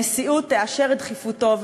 הנשיאות תאשר את דחיפותו,